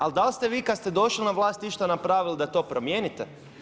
A da li ste vi kad ste došli na vlast išta napravili da to promijenite?